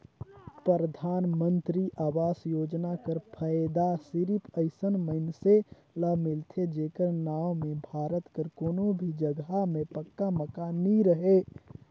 परधानमंतरी आवास योजना कर फएदा सिरिप अइसन मइनसे ल मिलथे जेकर नांव में भारत कर कोनो भी जगहा में पक्का मकान नी रहें